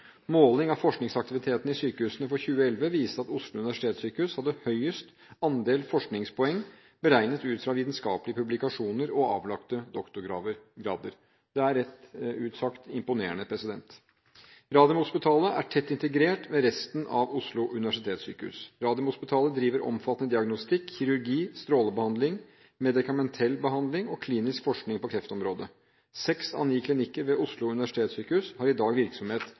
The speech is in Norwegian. Måling av forskningsaktiviteten i sykehusene for 2011 viste at Oslo universitetssykehus hadde høyeste andel forskningspoeng, beregnet ut fra vitenskapelige publikasjoner og avlagte doktorgrader. Det er rett ut sagt imponerende. Radiumhospitalet er tett integrert med resten av Oslo universitetssykehus. Radiumhospitalet driver omfattende diagnostikk, kirurgi, strålebehandling, medikamentell behandling og klinisk forskning på kreftområdet. Seks av ni klinikker ved Oslo universitetssykehus har i dag virksomhet